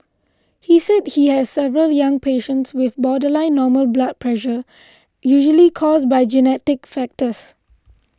he said he has several young patients with borderline normal blood pressure usually caused by genetic factors